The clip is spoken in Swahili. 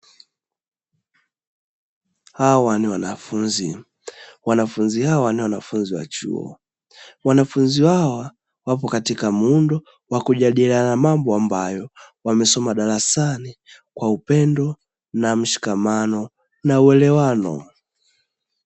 Hawa ni wanafunzi. Wanafunzi hawa ni wanafunzi wa chuo, wanafunzi hawa wapo katika muundo wa kujadiliana mambo ambayo wamesoma darasani kwa upendo na mshikamano na uelewano.